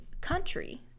country